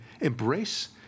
embrace